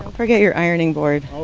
forget your ironing board oh.